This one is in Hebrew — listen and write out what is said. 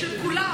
של כולם,